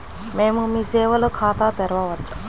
మేము మీ సేవలో ఖాతా తెరవవచ్చా?